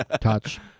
Touch